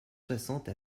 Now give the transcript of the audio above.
soixante